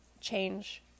change